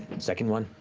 second one.